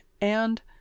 and—